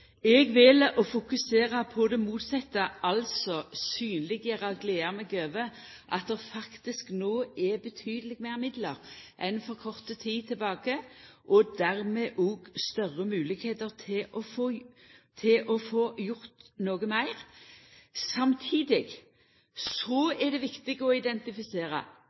Eg vel å fokusera på det motsette, altså på å synleggjera og gleda meg over at det faktisk no er betydeleg meir midlar enn for kort tid tilbake, og dermed òg større moglegheiter til å få gjort noko meir. Samtidig er det viktig å identifisera: